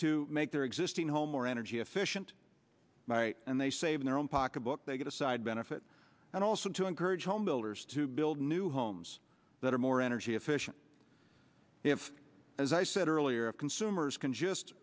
to make their existing home more energy efficient and they save in their own pocketbook they get a side benefit and also to encourage home builders to build new homes that are more energy efficient if as i said earlier consumers can just